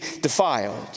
defiled